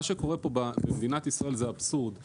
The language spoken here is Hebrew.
מה שקורה כאן במדינת ישראל, זה אבסורד.